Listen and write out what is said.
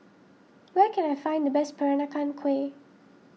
where can I find the best Peranakan Kueh